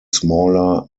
smaller